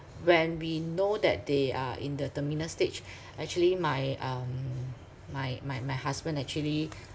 when we know that they are in the terminal stage actually my um my my my husband actually